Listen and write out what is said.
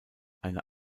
eine